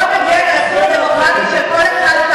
בוא תגן על הזכות הדמוקרטית של כל אחד,